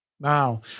Wow